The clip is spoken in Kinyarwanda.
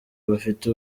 bafite